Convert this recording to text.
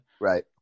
Right